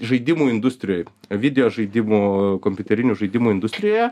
žaidimų industrijoj video žaidimų kompiuterinių žaidimų industrijoje